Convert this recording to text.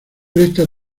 presta